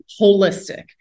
holistic